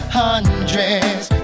hundreds